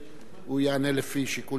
הוא יענה לפי שיקול דעתו.